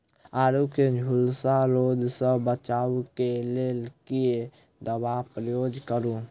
आलु केँ झुलसा रोग सऽ बचाब केँ लेल केँ दवा केँ प्रयोग करू?